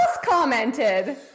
commented